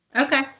okay